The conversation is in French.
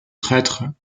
prêtre